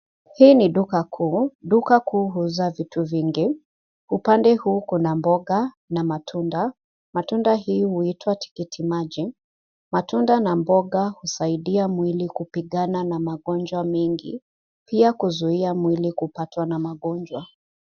Hii ni duka kuu. Duka kuu huuza vitu vingi. Upande huu kuna mboga na matunda. Matunda hii huitwa tikiti maji. Matunda na mboga husaidia mwili kupigana magonjwa mengi, pia kuzuia mwili kupatwa na magonjwa.